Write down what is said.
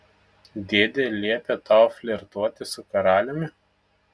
dėdė liepė tau flirtuoti su karaliumi